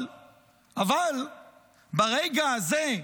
אבל ברגע הזה,